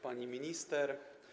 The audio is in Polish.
Pani Minister!